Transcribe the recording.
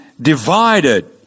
divided